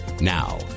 Now